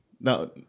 no